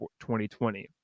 2020